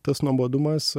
tas nuobodumas